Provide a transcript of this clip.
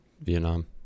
Vietnam